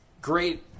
great